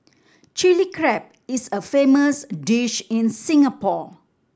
Chilli Crab is a famous dish in Singapore